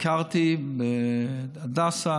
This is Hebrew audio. ביקרתי בהדסה,